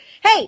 Hey